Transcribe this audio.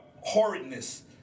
horridness